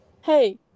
Hey